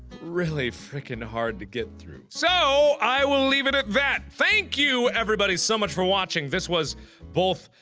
really freaking hard to get through. so! i will leave it at that! thank you everybody so much for watching, this was both.